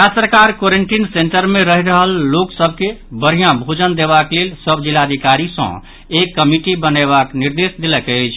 राज्य सरकार quarantine centre मे रहि रहल लोक सभ के बढ़िया भोजन देबाक लेल सभ जिलाधिकारी सँ एक कमिटी बनयबाक निर्देश देलक अछि